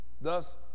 thus